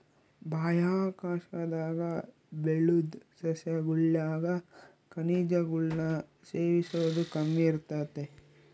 ಬಾಹ್ಯಾಕಾಶದಾಗ ಬೆಳುದ್ ಸಸ್ಯಗುಳಾಗ ಖನಿಜಗುಳ್ನ ಸೇವಿಸೋದು ಕಮ್ಮಿ ಇರ್ತತೆ